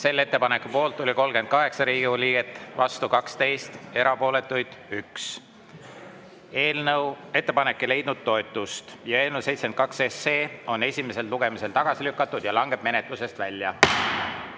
Ettepaneku poolt oli 38 Riigikogu liiget, vastu 12, erapooletuid 1. Ettepanek ei leidnud toetust. Eelnõu 72 on esimesel lugemisel tagasi lükatud ja langeb menetlusest välja.